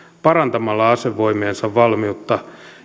parantamalla asevoimiensa valmiutta